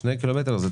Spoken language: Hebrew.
הוא גם לא מייצר גודש.